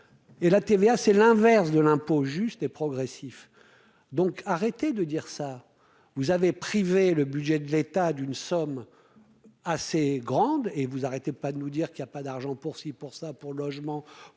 et la TVA, c'est l'inverse de l'impôt juste et progressif, donc arrêtez de dire ça, vous avez privé le budget de l'état d'une somme assez grande et vous arrêtez pas de nous dire qu'il y a pas d'argent pour ci, pour ça, pour le logement